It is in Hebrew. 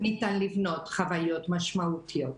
ניתן לבנות חוויות משמעותיות.